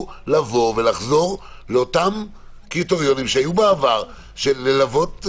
לבוא ולחזור לאותם קריטריונים שהיו בעבר של ללוות,